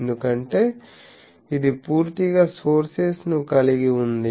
ఎందుకంటే ఇది పూర్తిగా సోర్సెస్ ను కలిగి ఉంది